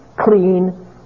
clean